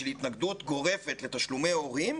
של התנגדות גורפת לתשלומי הורים,